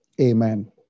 Amen